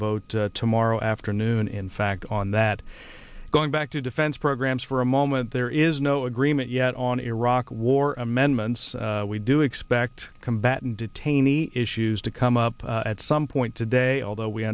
vote tomorrow afternoon in fact on that going back to defense programs for a moment there is no agreement yet on iraq war amendments we do expect combatant detainees issues to come up at some point today although we